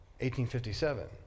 1857